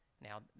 Now